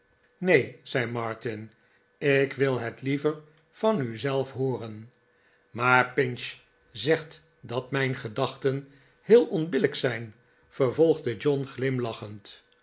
neen zei martin ik wil het liever van u zelf hooren maar pinch zegt dat mijn gedachten heel onbillijk zijn vervolgde john glimlachend